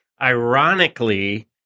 Ironically